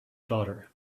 daughter